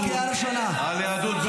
כי אין לך מושג --- תפסיק לדבר על זה.